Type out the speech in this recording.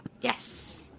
Yes